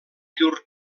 llur